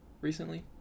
recently